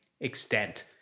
extent